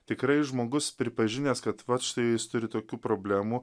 tikrai žmogus pripažinęs kad vat štai jis turi tokių problemų